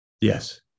Yes